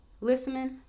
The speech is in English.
listening